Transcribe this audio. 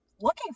looking